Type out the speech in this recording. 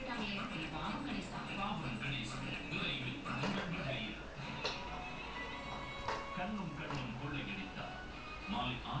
because like um on the way I had to meet sanjeet at the one of the M_R_T near there I think tampines east or something to pass the like the போன வருஷம்:pona varusham the books leh some of the books